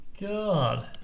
God